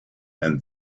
and